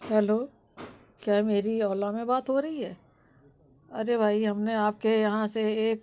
hello क्या मेरी Ola में बात हो रही है अरे भाई हम ने आप के यहाँ से एक